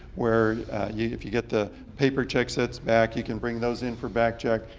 where yeah if you get the paper check sets back, you can bring those in for back check.